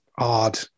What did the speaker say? odd